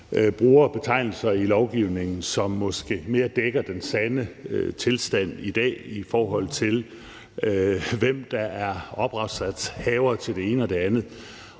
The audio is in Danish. bruger betegnelser i lovgivningen, som måske mere dækker den sande tilstand i dag, i forhold til hvem der er ophavsretshavere til det ene og det andet.